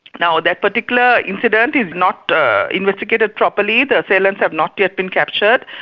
now, that particular incident is not investigated properly, the assailants have not yet been captured,